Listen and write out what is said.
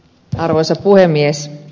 arvoisa puhemies